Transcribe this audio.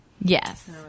Yes